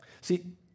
See